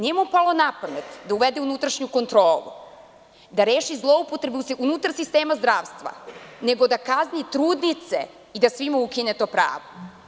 Nije mu palo na pamet da uvede unutrašnju kontrolu, da reši zloupotrebu unutar sistema zdravstva, nego da kazni trudnice i da svima ukine to pravo.